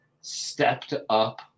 stepped-up